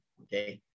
Okay